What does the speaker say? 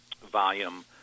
volume